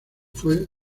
fue